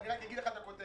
אני רק אגיד לך את הכותרת,